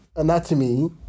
Anatomy